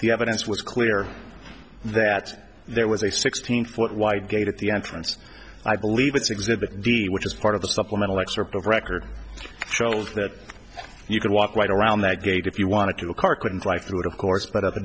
the evidence was clear that there was a sixteen foot wide gate at the entrance i believe it's exhibit d which is part of the supplemental excerpt of record shows that you could walk right around that gate if you wanted to a car couldn't drive through it of course but at the